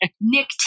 Nick